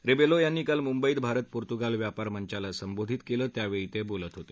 Rebelo यांनी काल मुंबईत भारत पोर्तुगाल व्यापार मंचाला संबोधित केलं त्यावेळी ते बोलत होते